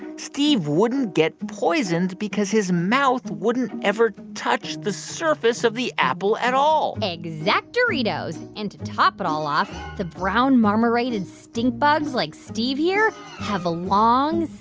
steve wouldn't get poisoned because his mouth wouldn't ever touch the surface of the apple at all exact-oritos. and to top it all off, the brown marmorated stink bugs like steve here have long,